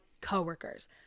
coworkers